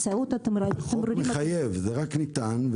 זה רק ניתן.